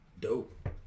dope